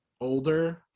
older